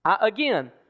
Again